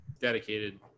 dedicated